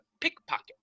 pickpocket